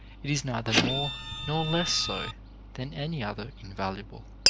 it is neither more nor less so than any other invaluable.